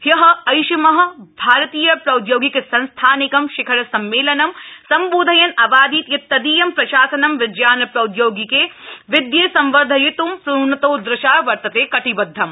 ह्य ऐषम भारतीय प्रौद्योगिक संस्थानिकं शिखर सम्मेलनं सम्बोधयन् अवादीत् यत् तदीयं प्रशासनं विज्ञान प्रौद्यौगिक विदये संवर्धयित् ़्र्णतोदृशा वर्तते कटिबदधम्